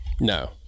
No